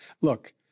look